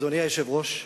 אדוני היושב-ראש,